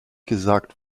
gesagt